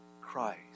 Christ